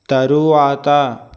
తరువాత